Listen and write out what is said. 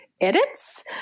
edits